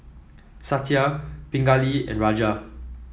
Satya Pingali and Raja